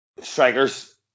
strikers